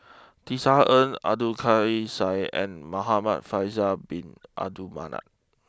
Tisa Ng Abdul Kadir Syed and Muhamad Faisal Bin Abdul Manap